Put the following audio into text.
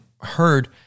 heard